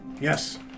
Yes